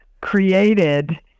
created